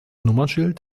nummernschild